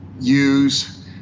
use